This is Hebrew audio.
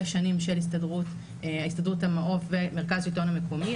שנים של הסתדרות המעו"ף ומרכז שלטון המקומי,